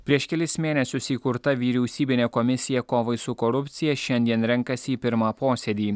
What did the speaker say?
prieš kelis mėnesius įkurta vyriausybinė komisija kovai su korupcija šiandien renkasi į pirmą posėdį